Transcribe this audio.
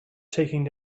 taking